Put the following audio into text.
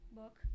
book